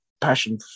passion